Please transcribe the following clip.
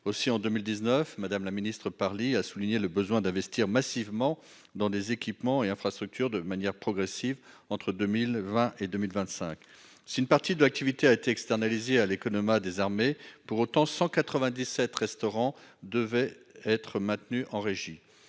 Aussi, en 2019, Mme la ministre Parly soulignait le besoin d'investir massivement dans des équipements et infrastructures, de manière progressive, entre 2020 et 2025. Si une partie de l'activité a été externalisée à l'économat des armées, 197 restaurants devaient être maintenus en régie.